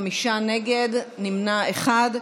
חמישה נגד, נמנע אחד.